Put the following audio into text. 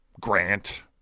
grant